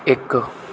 ਇੱਕ